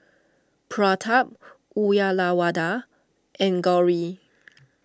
Pratap Uyyalawada and Gauri